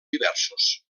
diversos